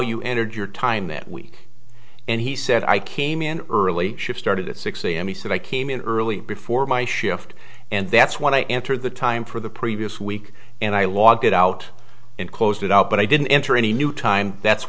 you entered your time that week and he said i came in early shift started at six am he said i came in early before my shift and that's when i entered the time for the previous week and i logged it out and closed it out but i didn't enter any new time that's